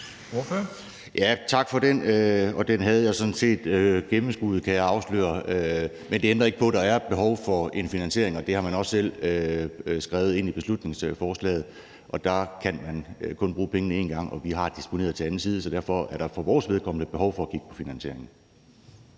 Tak for det, og det havde jeg sådan set gennemskuet, kan jeg afsløre. Men det ændrer ikke på, at der er et behov for en finansiering, og det har man også selv skrevet i beslutningsforslaget. Man kan kun bruge pengene en gang, og der har vi disponeret til anden side. Så derfor er der for vores vedkommende behov for at kigge på finansieringen.